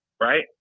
right